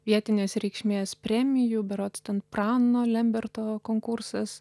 vietinės reikšmės premijų berods ten prano lemberto konkursas